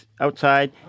outside